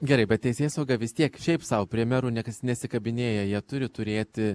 gerai bet teisėsauga vis tiek šiaip sau prie merų niekas nesikabinėja jie turi turėti